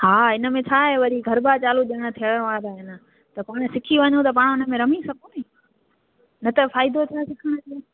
हा हिनमें छा आहे वरी गरभा चालू हीअंर थियण वारा आहिनि त पोइ पाणि सिखी वञू त पाणि हुनमें रमी सघूंनि न त फ़ाइदो छा सिखण जो